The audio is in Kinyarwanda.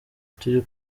turi